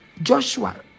Joshua